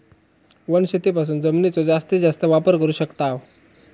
वनशेतीपासून जमिनीचो जास्तीस जास्त वापर करू शकताव